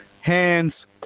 hands